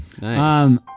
Nice